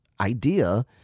idea